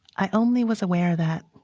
i only was aware that